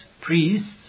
priests